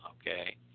okay